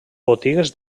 botigues